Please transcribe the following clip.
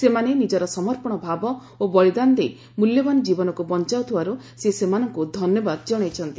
ସେମାନେ ନିକର ସମର୍ପଶ ଭାବ ଓ ବଳୀଦାନ ଦେଇ ମୂଲ୍ୟବାନ ଜୀବନକୁ ବଞାଉଥିବାରୁ ସେ ସେମାନଙ୍କୁ ଧନ୍ୟବାଦ ଜଣାଇଛନ୍ତି